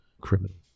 criminal